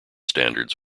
standards